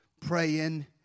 praying